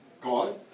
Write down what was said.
God